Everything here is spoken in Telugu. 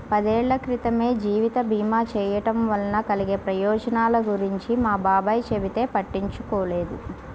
పదేళ్ళ క్రితమే జీవిత భీమా చేయడం వలన కలిగే ప్రయోజనాల గురించి మా బాబాయ్ చెబితే పట్టించుకోలేదు